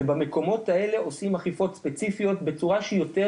זה במקומות האלה עושים אכיפות ספציפיות בצורה שהיא יותר,